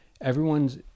everyone's